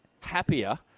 happier